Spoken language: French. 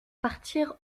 partir